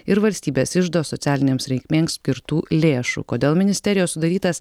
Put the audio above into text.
ir valstybės iždo socialinėms reikmėms skirtų lėšų kodėl ministerijos sudarytas